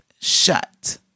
shut